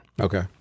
okay